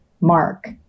mark